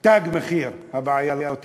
"תג מחיר" הבעיה לא תיפתר,